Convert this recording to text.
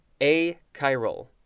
A-chiral